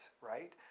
right